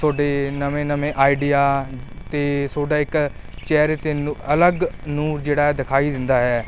ਤੁਹਾਡੇ ਨਵੇਂ ਨਵੇਂ ਆਈਡੀਆ ਅਤੇ ਤੁਹਾਡਾ ਇੱਕ ਚਿਹਰੇ 'ਤੇ ਨੂ ਅਲੱਗ ਨੂਰ ਜਿਹੜਾ ਦਿਖਾਈ ਦਿੰਦਾ ਹੈ